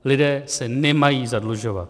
Lidé se nemají zadlužovat.